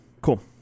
Cool